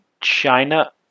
China